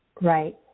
Right